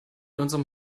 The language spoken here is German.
unserem